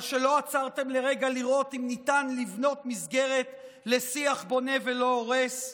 על שלא עצרתם לרגע לראות אם ניתן לבנות מסגרת לשיח בונה ולא הורס,